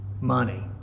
money